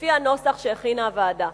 לפי הנוסח שהכינה הוועדה.